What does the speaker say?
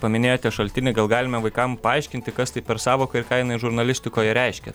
paminėjote šaltinį gal galime vaikam paaiškinti kas tai per sąvoka ir ką jinai žurnalistikoje reiškia